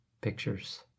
pictures